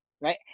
right